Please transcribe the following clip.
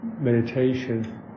meditation